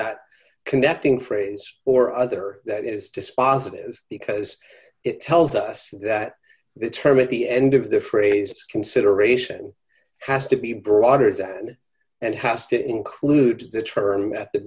that connecting phrase or other that is dispositive because it tells us that the term at the end of the phrase consideration has to be broader d than and has to include the term at the